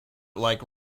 like